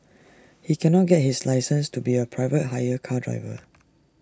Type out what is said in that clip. he cannot get his license to be A private hire car driver